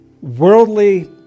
worldly